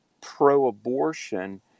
pro-abortion